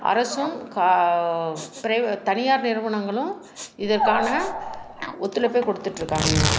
அரசும் க ப்ரை தனியார் நிறுவனங்களும் இதற்கான ஒத்துழைப்பை கொடுத்துட்ருக்காங்கங்க